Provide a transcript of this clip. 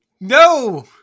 No